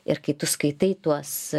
ir kai tu skaitai tuos